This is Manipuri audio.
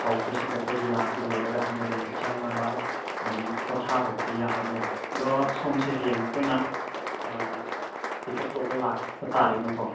ꯐꯥꯎꯕꯁꯤꯗ ꯑꯩꯈꯣꯏ ꯂꯤꯂꯥꯁꯤ ꯂꯣꯏꯔꯒ ꯑꯗꯨꯝ ꯔꯦꯟꯇ ꯆꯪꯂꯒ ꯑꯗꯨꯝ ꯄꯣꯊꯥꯕꯕꯨꯗꯤ ꯌꯥꯔꯅꯦꯕ ꯑꯗꯣ ꯁꯣꯝꯁꯤ ꯍꯌꯦꯡ ꯑꯩꯈꯣꯏꯅ ꯑꯥ ꯄꯤꯛꯑꯞ ꯇꯧꯕ ꯂꯥꯛꯄ ꯇꯥꯔꯦꯅꯦꯀꯣ